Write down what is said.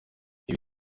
ibi